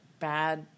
Bad